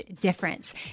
difference